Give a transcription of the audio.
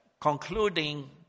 concluding